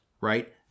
right